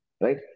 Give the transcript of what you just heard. right